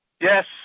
Yes